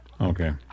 Okay